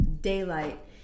daylight